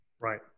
Right